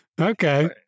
Okay